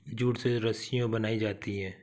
jute से रस्सियां बनायीं जाती है